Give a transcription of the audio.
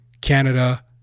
Canada